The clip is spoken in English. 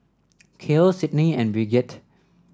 Cael Sydnie and Brigette